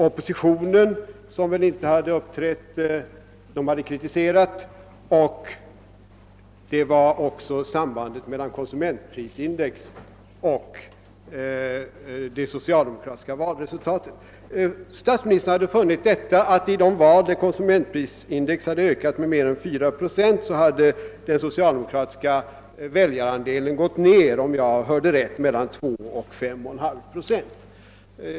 Oppositionen hade vidare uppträtt och kritiserat regeringen, och det fanns även ett samband mellan konsumentprisindex och det socialdemokratiska valresultatet. Statsministern hade funnit, att i de val där konsumentprisindex ökat med mer än 4 procent hade den socialdemokratiska väljarandelen gått ned — om jag hörde rätt — med mellan 2 och 5,5 procent.